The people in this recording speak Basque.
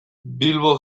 bilbo